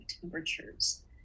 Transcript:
temperatures